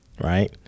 right